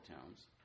towns